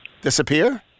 disappear